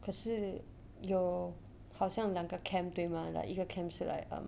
可是有好像两个 camp 对吗 like 一个 camp 是 like um